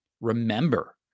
remember